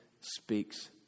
speaks